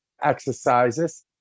exercises